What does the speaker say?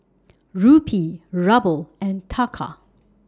Rupee Ruble and Taka